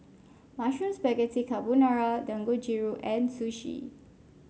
Mushroom Spaghetti Carbonara Dangojiru and Sushi